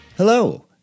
Hello